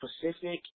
Pacific